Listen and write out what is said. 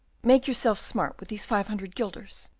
make yourself smart with these five hundred guilders,